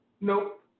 Nope